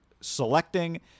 selecting